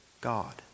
God